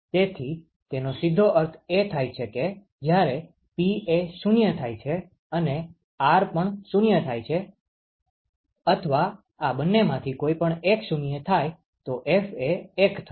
તેથી તેનો સીધો અર્થ એ થાય છે કે જ્યારે P એ 0 થાય છે અને R પણ 0 થાય છે અથવા આ બંનેમાંથી કોઈપણ એક 0 થાય તો F એ 1 થશે